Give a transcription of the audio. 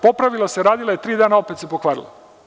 Popravila se, radila je tri dana, opet se pokvarila.